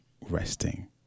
resting